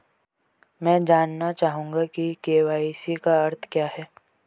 मैं जानना चाहूंगा कि के.वाई.सी का अर्थ क्या है?